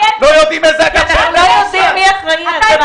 לא יודעים איזה אגף אחראי באיזה משרד.